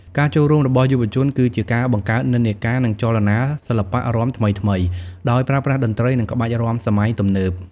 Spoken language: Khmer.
ការចូលរួមរបស់យុវជនគឺជាអ្នកបង្កើតនិន្នាការ និងចលនាសិល្បៈរាំថ្មីៗ ដោយប្រើប្រាស់តន្ត្រី និងក្បាច់រាំសម័យទំនើប។